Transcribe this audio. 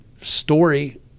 story